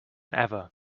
ever